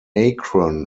akron